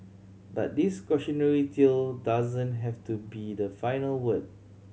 but this cautionary tale doesn't have to be the final word